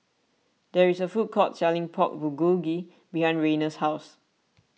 there is a food court selling Pork Bulgogi behind Rayna's house